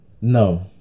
No